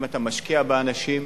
אם אתה משקיע באנשים,